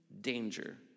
danger